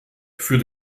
für